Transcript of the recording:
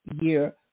year